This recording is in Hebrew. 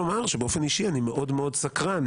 שבאופן אישי אני מאוד מאוד סקרן